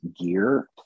gear